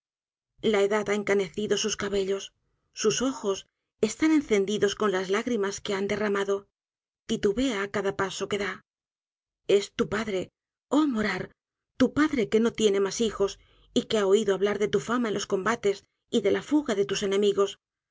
la edad ha encanecido sus cabellos sus ojosestán encendidos con las lágrimas que han derramado titubea á cada paso que dá es lu padre oh morar tu padre que no tiene mas hijos y que ha oído hablar de tu fama en los combates y de la fuga de tus enemigos